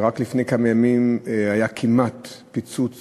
ורק לפני כמה ימים היה כמעט פיצוץ